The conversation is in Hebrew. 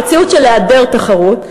היא מציאות של היעדר תחרות.